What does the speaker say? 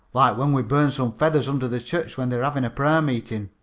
like when we burned some feathers under the church when they were having prayer meeting.